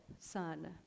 son